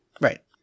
Right